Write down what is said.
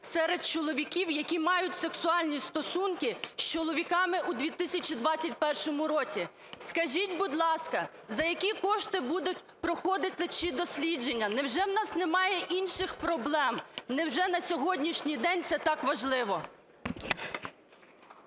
серед чоловіків, які мають сексуальні стосунки із чоловіками у 2021 році. Скажіть, будь ласка, за які кошти будуть проходити ці дослідження? Невже в нас немає інших проблем? Невже на сьогоднішній день це так важливо?